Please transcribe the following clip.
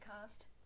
cast